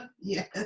Yes